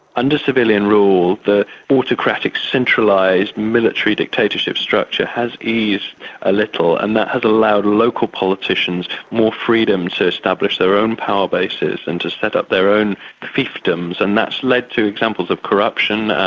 under civilian rule, the autocratic centralised military dictatorship structure has eased a little and that has allowed local politicians more freedom to establish their own power bases and to set up their own fiefdoms. and that's led to examples of corruption,